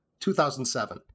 2007